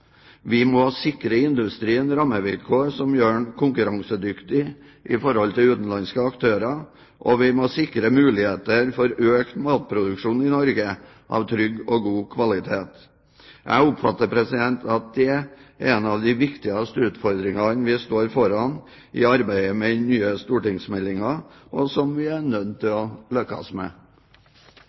Vi må sikre industrien rammevilkår som gjør den konkurransedyktig i forhold til utenlandske aktører, og vi må sikre muligheter for økt matproduksjon i Norge av trygg og god kvalitet. Jeg oppfatter at det er en av de viktigste utfordringene vi står foran i arbeidet med den nye stortingsmeldingen, og som vi er nødt til å lykkes med.